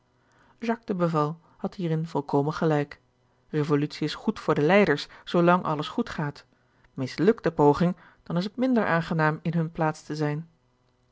had hierin volkomen gelijk revolutie is goed voor de leiders zoo lang alles goed gaat mislukt de poging dan is het minder aangenaam in hunne plaats te zijn